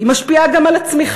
היא משפיעה גם על הצמיחה.